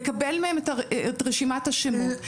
לקבל מהם את רשימת השמות,